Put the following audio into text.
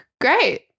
Great